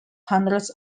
hundreds